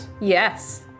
Yes